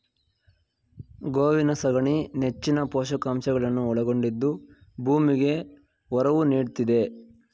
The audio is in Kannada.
ಗೋವಿನ ಸಗಣಿ ನೆಚ್ಚಿನ ಪೋಷಕಾಂಶಗಳನ್ನು ಒಳಗೊಂಡಿದ್ದು ಭೂಮಿಗೆ ಒರವು ನೀಡ್ತಿದೆ